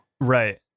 Right